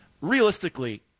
realistically